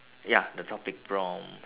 ya the topic prompt